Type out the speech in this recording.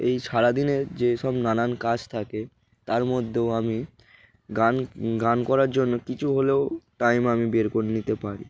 এই সারাদিনের যেসব নানান কাজ থাকে তার মধ্যেও আমি গান গান করার জন্য কিছু হলেও টাইম আমি বের করে নিতে পারি